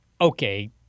Okay